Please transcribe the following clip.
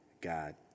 God